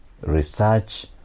research